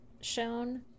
shown